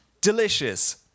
delicious